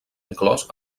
inclòs